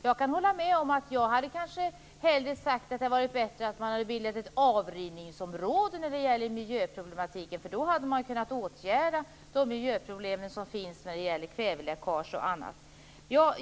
Jag kan hålla med om att jag kanske hellre sett att man bildat ett avrinningsområde när det gäller miljöproblematiken. Då hade man kunnat åtgärda de miljöproblem som finns när det gäller kväveläckage och annat.